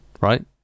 Right